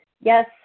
Yes